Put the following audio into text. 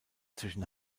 zwischen